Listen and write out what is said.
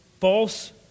false